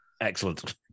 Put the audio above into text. Excellent